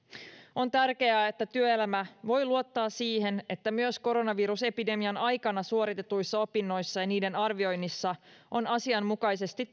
on tärkeää että työelämä voi luottaa siihen että myös koronavirusepidemian aikana suoritetuissa opinnoissa ja niiden arvioinnissa on asianmukaisesti